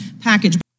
package